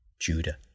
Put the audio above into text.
Judah